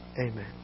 Amen